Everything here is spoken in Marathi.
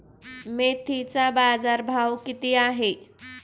मेथीचा बाजारभाव किती आहे?